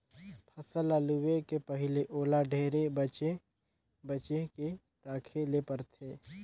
फसल ल लूए के पहिले ओला ढेरे बचे बचे के राखे ले परथे